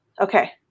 okay